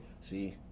See